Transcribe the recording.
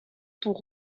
pour